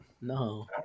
No